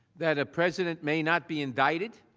that a president may not be indicted,